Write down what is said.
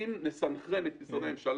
אם נסנכרן את משרדי הממשלה,